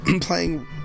playing